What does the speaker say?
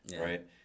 Right